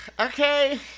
Okay